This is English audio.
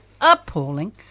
appalling